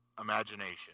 imagination